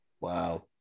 Wow